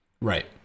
right